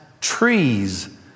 trees